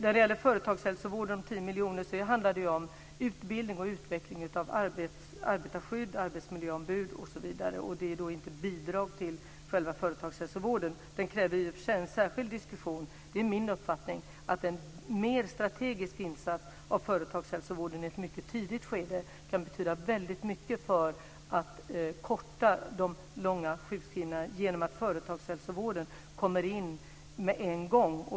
När det gäller de 10 miljonerna till företagshälsovården handlar det om utbildning och utveckling av arbetarskydd, arbetsmiljöombud osv. Det är alltså inget bidrag till själva företagshälsovården. Den kräver i och för sig en särskild diskussion. Det är min uppfattning att en mer strategisk insats av företagshälsovården i ett mycket tidigt skede kan betyda väldigt mycket för att korta de långa sjukskrivningarna.